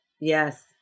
Yes